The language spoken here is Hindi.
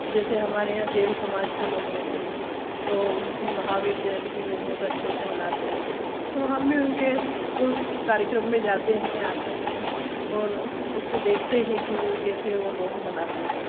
जैसे हमारे यहाँ जैन समाज के लोग रहते हैं तो उनकी महावीर जयंती वो बहुत अच्छे से मानते है तो हम भी उनके उस कार्यक्रम में जाते हैं आते हैं और उसको देखते हैं की वो कैसे वो लोग मानते हैं